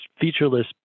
featureless